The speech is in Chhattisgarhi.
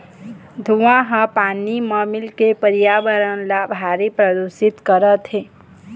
धुंआ ह हवा म मिलके परयाबरन ल भारी परदूसित करथे